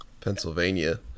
pennsylvania